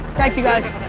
thank you guys.